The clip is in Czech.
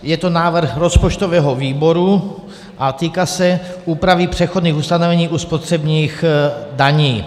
Je to návrh rozpočtového výboru a týká se úpravy přechodných ustanovení u spotřebních daní.